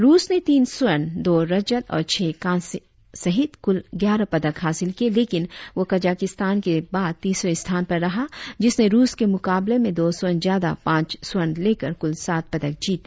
रुस ने तीन स्वर्ण दो रजत और छह कांस्य सहित कुल ग्यारह पदक हांसिल किए लेकिन वह कजाकिस्तान के बाद तीसरे स्थान पर रहा जिसने रुस के मुकाबले में दो स्वर्ण ज्यादा पांच स्वर्ण लेकर कुल सात पदक जीते